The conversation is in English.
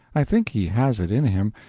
i think he has it in him,